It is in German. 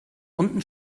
unten